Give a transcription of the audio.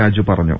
രാജു പറഞ്ഞു